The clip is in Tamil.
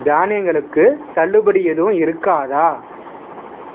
தானியங்களுக்கு தள்ளுபடி எதுவும் இருக்காதா